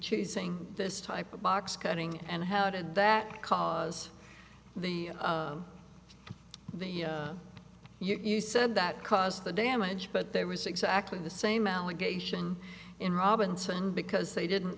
choosing this type of box cutting and how did that cause the the you said that caused the damage but there was exactly the same allegation in robinson because they didn't